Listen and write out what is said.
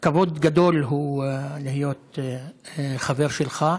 כבוד גדול הוא להיות חבר שלך,